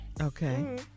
Okay